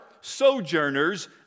sojourners